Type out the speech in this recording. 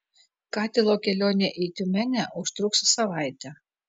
katilo kelionė į tiumenę užtruks savaitę